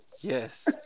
Yes